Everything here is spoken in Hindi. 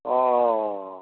औ